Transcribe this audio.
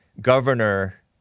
governor